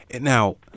Now